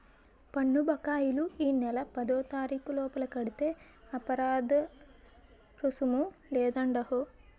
పన్ను బకాయిలు ఈ నెల పదోతారీకు లోపల కడితే అపరాదరుసుము లేదండహో